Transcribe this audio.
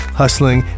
hustling